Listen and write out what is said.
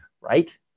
right